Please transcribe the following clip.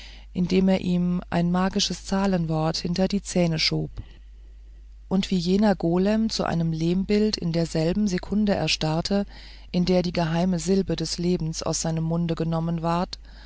indem er ihm ein magisches zahlenwort hinter die zähne schob und wie jener golem zu einem lehmbild in derselben sekunde erstarrte in der die geheime silbe des lebens aus seinem munde genommen ward